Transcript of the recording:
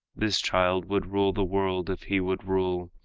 this child would rule the world, if he would rule,